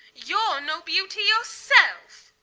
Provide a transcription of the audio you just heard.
youre no beauty yourself.